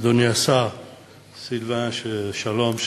אדוני השר סילבן שלום,